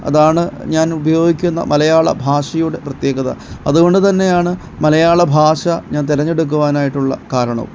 അതാണ് ഞാൻ ഉപയോഗിക്കുന്ന മലയാള ഭാഷയുടെ പ്രത്യേകത അതുകൊണ്ട് തന്നെയാണ് മലയാള ഭാഷ ഞാൻ തിരഞ്ഞെടുക്കുവാനായിട്ടുള്ള കാരണവും